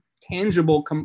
tangible